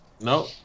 No